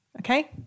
Okay